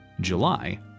July